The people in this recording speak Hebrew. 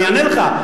אני אענה לך.